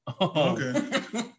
Okay